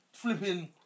Flipping